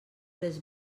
les